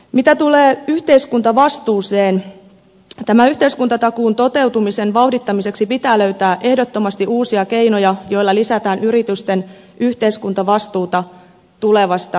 mitä tulee yhteiskuntavastuuseen tämän yhteiskuntatakuun toteutumisen vauhdittamiseksi pitää löytää ehdottomasti uusia keinoja joilla lisätään yritysten yhteiskuntavastuuta tulevasta työvoimasta